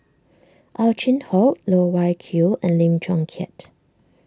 Ow Chin Hock Loh Wai Kiew and Lim Chong Keat